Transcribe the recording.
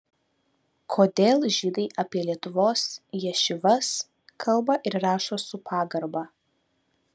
kodėl žydai apie lietuvos ješivas kalba ir rašo su pagarba